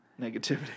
negativity